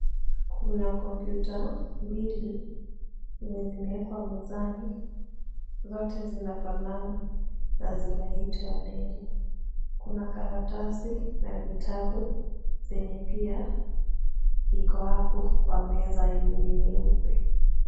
Kuna computer mbili yenye zimewekwa mezani zote zina fanana, na zinaitwa del .Kuna karatasi na vitabu zenye pia iko apo kwa meza yenye ni nyeupa.